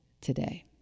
today